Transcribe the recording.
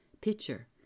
Pitcher